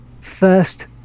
first